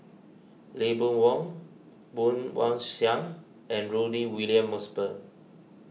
Lee Boon Wang Woon Wah Siang and Rudy William Mosbergen